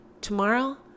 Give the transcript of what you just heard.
Tomorrow